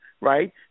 right